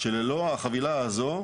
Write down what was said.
שללא החבילה הזאת,